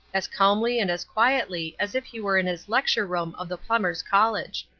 as calmly and as quietly as if he were in his lecture-room of the plumbers' college.